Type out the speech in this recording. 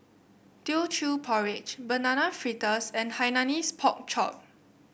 Teochew Porridge Banana Fritters and Hainanese Pork Chop